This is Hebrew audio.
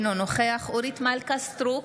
אינו נוכח אורית מלכה סטרוק,